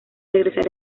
regresar